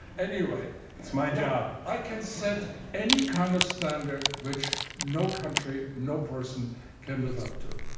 anyway it's my job. i can set any kind of standard which no country, no person can live up to.